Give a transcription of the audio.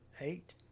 Eight